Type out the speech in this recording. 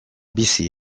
bizi